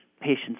patient's